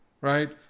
right